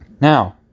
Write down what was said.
Now